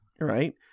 right